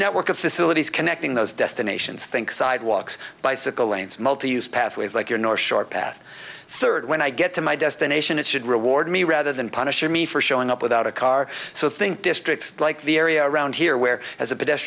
network of facilities connecting those destinations think sidewalks bicycle lanes multiuse pathways like your north shore path third when i get to my destination it should reward me rather than punish me for showing up without a car so think districts like the area around here where as a